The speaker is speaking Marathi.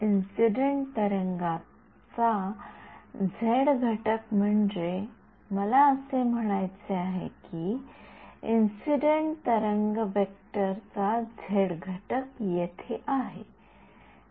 इंसिडेंट तरंगा चा झेड घटक म्हणजे मला असे म्हणायचे आहे कि इंसिडेंट तरंग वेक्टर चा झेड घटक येथे आहे